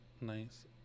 nice